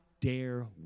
dare